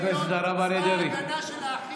ויבינו, אתה מצדיע כשליברמן נכנס לחדר?